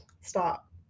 Stop